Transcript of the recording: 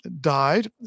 died